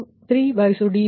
47 dQ3 dV2 ನಿಮಗೆ −31